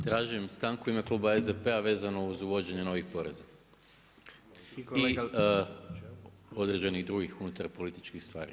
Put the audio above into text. Tražim stanku u ime kluba SDP-a vezano uz uvođenje novih poreza i određenih drugih unutar političkih stvari.